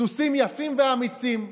סוסים יפים ואמיצים.